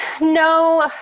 No